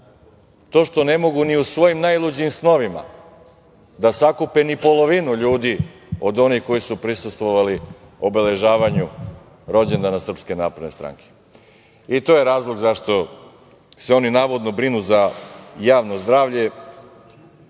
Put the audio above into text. to što ne mogu ni u svojim najluđim snovima da sakupe ni polovinu ljudi od onih koji su prisustvovali obeležavanju rođendana SNS. To je razlog zašto se oni navodno brinu za javno zdravlje